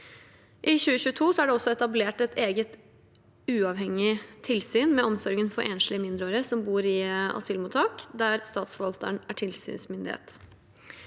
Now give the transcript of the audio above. I 2022 er det også etablert et eget uavhengig tilsyn med omsorgen for enslige mindreårige som bor i asylmottak, der statsforvalteren er tilsynsmyndighet.